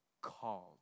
called